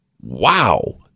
Wow